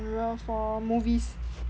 for movies